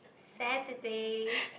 Saturday